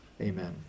Amen